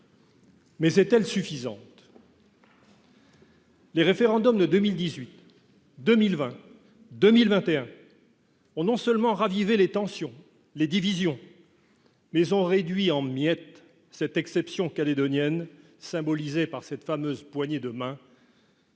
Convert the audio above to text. Mais est-elle suffisante ? Les référendums de 2018, 2020 et 2021 ont ravivé les tensions et les divisions, réduisant en miettes cette « exception calédonienne » symbolisée par la fameuse poignée de main